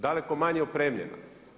Daleko manje opremljena.